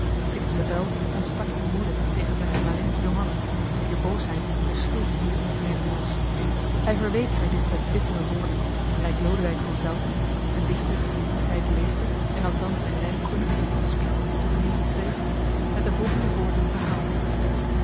le bel ontstak in woede tegen zijn gemalin johanna wier boosheid de schuld dier onheilen was hij verweet haar dit met bittere woorden gelijk lodewyk van velthem een dichter die in die tijd leefde en alsdan zijn rijmkroniek spiegel historiael schreef met de volgende woorden verhaalt